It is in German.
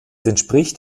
entspricht